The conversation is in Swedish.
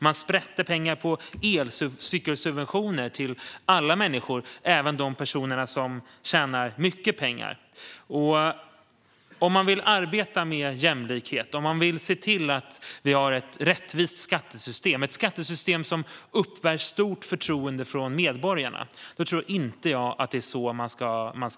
Man sprätte pengar på elcykelsubventioner till alla människor, även de personer som tjänar mycket pengar. Om man vill arbeta med jämlikhet och för ett rättvist skattesystem som uppbär stort förtroende från medborgarna, då tror jag inte att det är så man ska arbeta.